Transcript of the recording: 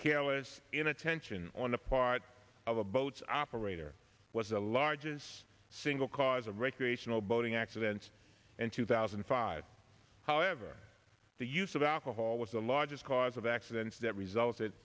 careless inattention on the part of a boat's operator was the largest single cause of recreational boating accidents in two thousand and five however the use of alcohol was the largest cause of accidents that resulted